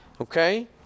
Okay